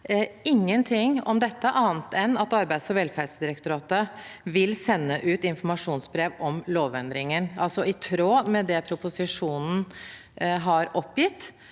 ingenting om dette, annet enn at Arbeids- og velferdsdirektoratet vil sende ut informasjonsbrev om lovendringen, altså i tråd med det proposisjonen har oppgitt,